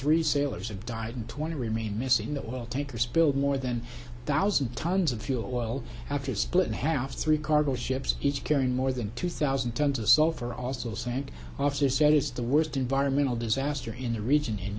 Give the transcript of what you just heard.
three sailors have died and twenty remain missing the oil tankers build more than thousand tons of fuel oil after split half three cargo ships each carrying more than two thousand tons of sulfur also sank off this site is the worst environmental disaster in the region in